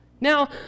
Now